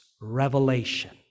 revelation